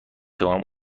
توانم